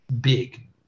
big